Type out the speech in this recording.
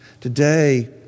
Today